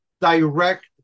direct